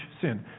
sin